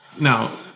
now